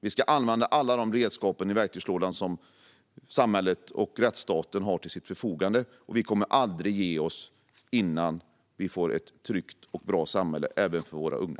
Vi ska använda alla redskap i verktygslådan som samhället och rättsstaten har till sitt förfogande, och vi kommer aldrig att ge oss innan vi får ett tryggt och bra samhälle även för våra unga.